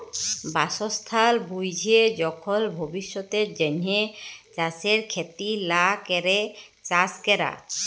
বাসস্থাল বুইঝে যখল ভবিষ্যতের জ্যনহে চাষের খ্যতি লা ক্যরে চাষ ক্যরা